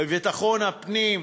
בביטחון הפנים,